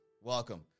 welcome